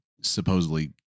supposedly